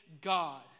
God